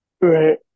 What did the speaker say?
Right